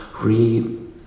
read